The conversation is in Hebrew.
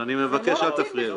אז אני מבקש, אל תפריע לי.